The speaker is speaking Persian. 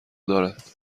دارد